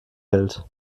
hält